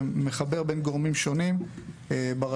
ומחבר בין גורמים שונים ברשות,